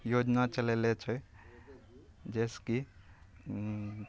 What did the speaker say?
योजना चलेले छै जैसेकि